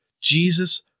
Jesus